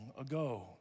ago